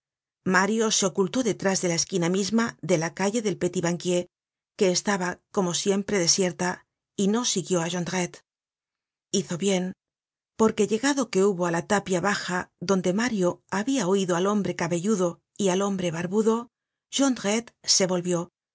mario se ocultó detrás de la esquina misma de la calle del petit banquier que estaba como siempre desierta y no siguió á jondrette hizo bien porque llegado que hubo á la tapia baja donde mario habia oido al hombre cabelludo y al hombre barbudo jondrette se volvió